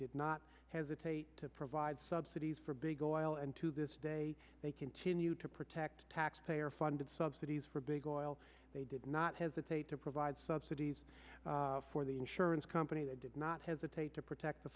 did not hesitate to provide subsidies for big oil and to this day they continue to protect taxpayer funded subsidies for big oil they did not hesitate to provide subsidies for the insurance company they did not hesitate to protect the